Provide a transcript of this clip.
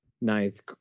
ninth